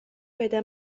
بده